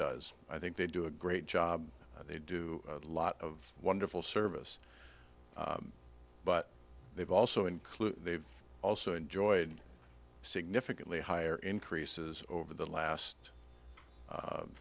does i think they do a great job and they do a lot of wonderful service but they've also include they've also enjoyed significantly higher increases over the last